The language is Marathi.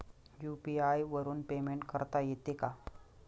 यु.पी.आय वरून पेमेंट करता येते का?